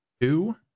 two